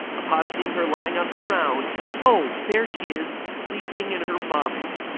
upon seeing her lying on the ground oh! there she is! sleeping in her vomit.